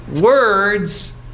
words